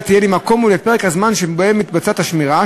תהיה למקום ולפרק הזמן שבהם מתבצעת השמירה,